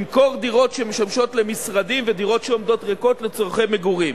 למכור דירות שמשמשות למשרדים ודירות שעומדות ריקות לצורכי מגורים.